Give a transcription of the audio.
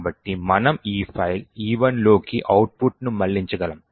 కాబట్టి మనము ఈ ఫైల్ e1 లోకి అవుట్పుట్ను మళ్ళించగలము